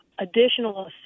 additional